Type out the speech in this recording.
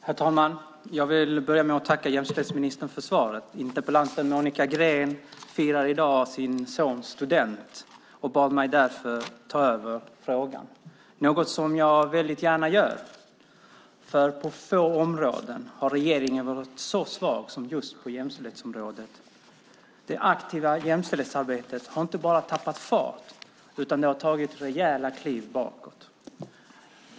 Herr talman! Jag vill börja med att tacka jämställdhetsministern för svaret. Monica Green firar i dag sin sons student och bad mig därför ta över frågan. Det är något som jag väldigt gärna gör, för på få områden har regeringen varit så svag som just när det gäller jämställdhet. Det aktiva jämställdhetsarbetet har inte bara tappat fart, utan det har tagit rejäla kliv bakåt.